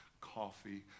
coffee